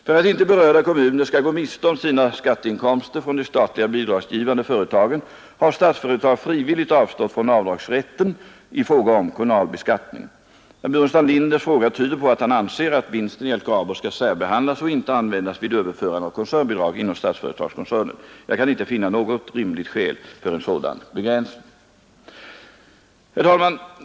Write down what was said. För att inte berörda kommuner skall gå miste om sina skatteinkomster från de statliga bidragsgivande företagen har Statsföretag frivilligt avstått från avdragsrätten i fråga om kommunalbeskattningen. Herr Burenstam Linders fråga tyder på att han anser att vinsten i LKAB skall särbehandlas och inte användas vid överförande av koncernbidrag inom Statsföretagskoncernen. Jag kan inte finna något rimligt skäl för en sådan begränsning. Herr talman!